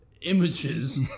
Images